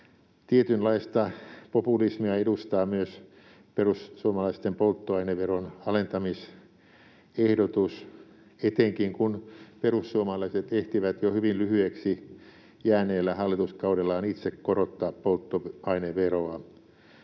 Tietynlaista populismia edustaa myös perussuomalaisten polttoaineveron alentamisehdotus, etenkin kun perussuomalaiset ehtivät jo hyvin lyhyeksi jääneellä hallituskaudellaan itse korottaa polttoaineveroa.